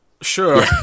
sure